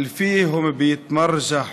שחיים מתנודדים בהן,